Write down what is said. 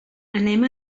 anem